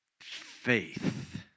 faith